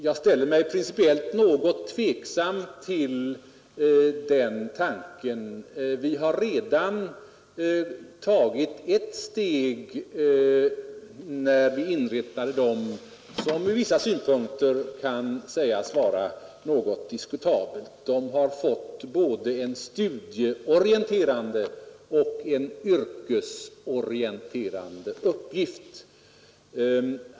Jag ställer mig principiellt något tveksam till den tanken. Redan inrättandet av dessa tjänster är ett steg som ur vissa synpunkter kan sägas vara något diskutabelt. Dessa personer har fått både en studieorienterande och en yrkesorienterande uppgift.